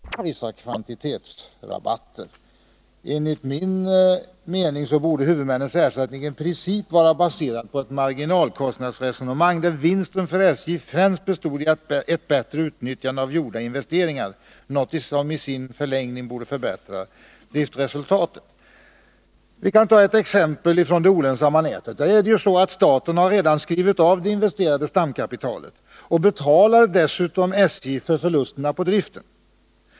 Herr talman! 1979 beslöt riksdagen med bifall till en centermotion att hos regeringen begära riktlinjer för huvudmännens ersättning till SJ, som skulle ha en sådan utformning att de främjade en samhällsekonomiskt effektiv fördelning av transportarbetet mellan olika transportmedel — detta för att undvika dubbelinvesteringar. De riktlinjer som nu utfärdats anknyter till SJ:s reguljära taxor med avdrag för vissa kvantitetsrabatter. Enligt min mening borde ersättningen från huvudmännen i princip vara baserad på ett marginalkostnadsresonemang, där vinsten för SJ främst bestod i ett bättre utnyttjande av gjorda investeringar, något som i sin förlängning borde förbättra driftresultatet. Jag kan ta ett exempel från det olönsamma nätet. Där är det ju så att staten redan har skrivit av det investerade stamkapitalet, och staten betalar dessutom SJ för förlusten på driften.